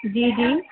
جی جی